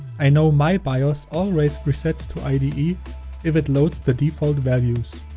i know my bios always resets to ide if it loads the default values.